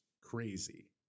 crazy